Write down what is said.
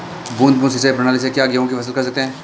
बूंद बूंद सिंचाई प्रणाली से क्या गेहूँ की फसल कर सकते हैं?